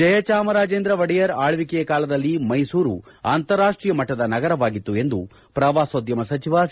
ಜಯಚಾಮರಾಜೇಂದ್ರ ಒಡೆಯರ್ ಆಳ್ವಕೆಯ ಕಾಲದಲ್ಲಿ ಮೈಸೂರು ಅಂತಾರಾಷ್ಟೀಯ ಮಟ್ಟದ ನಗರವಾಗಿತ್ತು ಎಂದು ಪ್ರವಾಸೋದ್ಯಮ ಸಚಿವ ಸಿ